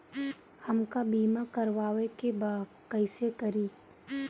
हमका बीमा करावे के बा कईसे करी?